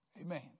Amen